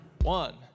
One